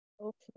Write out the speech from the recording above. Okay